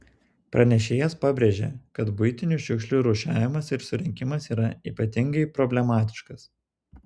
pranešėjas pabrėžė kad buitinių šiukšlių rūšiavimas ir surinkimas yra ypatingai problematiškas